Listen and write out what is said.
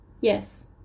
Yes